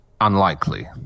unlikely